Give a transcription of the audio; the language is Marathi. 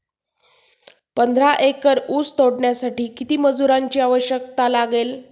पंधरा एकर ऊस तोडण्यासाठी किती मजुरांची आवश्यकता लागेल?